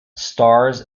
stars